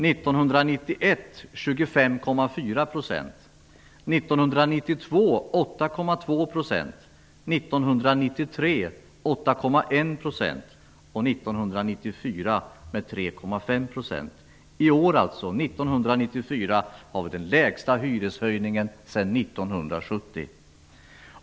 1991 8,1 % och 1994 med 3,5 %. I år, 1994, har vi den lägsta hyreshöjningen sedan 1970.